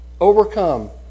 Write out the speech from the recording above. overcome